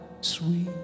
sweet